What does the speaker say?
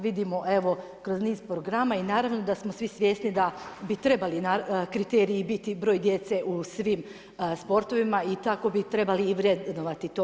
Vidimo evo kroz niz programa i naravno da smo svi svjesni da bi trebali kriteriji biti broj djece u svim sportovima i tako bi i trebali vrednovati to.